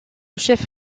chef